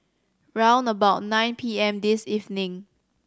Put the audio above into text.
round about nine P M this evening